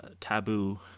taboo